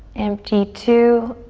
empty, two,